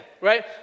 right